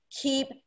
keep